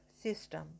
system